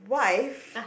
wife